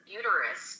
uterus